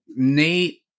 Nate